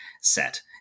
Set